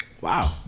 Wow